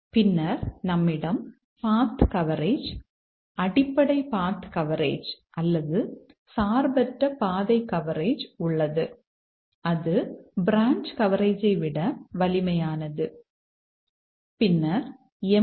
பின்னர் நம்மிடம் path coverage அல்லது சார்பற்ற பாதைக் கவரேஜ் உள்ளது அது பிரான்ச் கவரேஜை விட வலிமையானது பின்னர் எம்